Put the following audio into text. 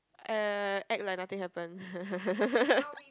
er act like nothing happened